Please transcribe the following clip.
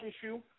issue